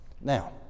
Now